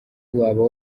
waba